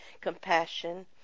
compassion